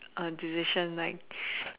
a decision like